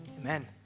Amen